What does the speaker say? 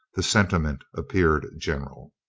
the sentiment appeared general.